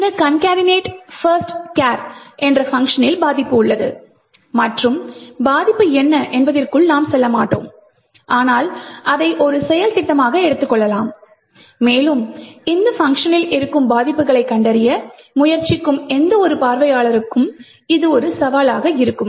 இந்த concatenate first chars பங்க்ஷனில் பாதிப்பு உள்ளது மற்றும் பாதிப்பு என்ன என்பதிற்குள் நாம் செல்லமாட்டோம் ஆனால் அதை ஒரு செயல் திட்டமாக எடுத்துக்கொள்ளலாம் மேலும் இந்த பங்க்ஷனில் இருக்கும் பாதிப்புகளைக் கண்டறிய முயற்சிக்கும் எந்தவொரு பார்வையாளருக்கும் இது ஒரு சவாலாக உள்ளது